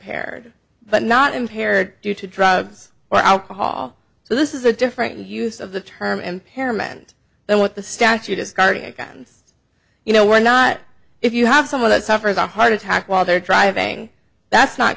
impaired but not impaired due to drugs or alcohol so this is a different use of the term impairment than what the statute is guarding against you know we're not if you have someone that suffers a heart attack while they're driving that's not